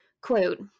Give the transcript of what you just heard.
Quote